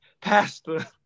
pastor